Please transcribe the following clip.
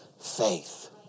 faith